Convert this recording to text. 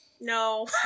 no